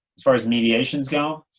as far as mediations go,